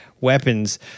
weapons